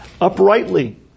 uprightly